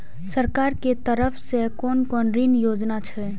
सरकार के तरफ से कोन कोन ऋण योजना छै?